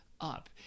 up